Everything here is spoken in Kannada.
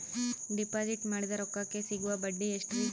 ಡಿಪಾಜಿಟ್ ಮಾಡಿದ ರೊಕ್ಕಕೆ ಸಿಗುವ ಬಡ್ಡಿ ಎಷ್ಟ್ರೀ?